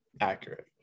accurate